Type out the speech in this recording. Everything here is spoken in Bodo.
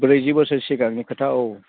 ब्रैजि बोसोर सिगांनि खोथा औ